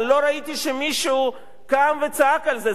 אבל לא ראיתי שמישהו קם וצעק על זה.